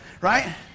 right